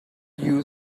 you